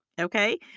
okay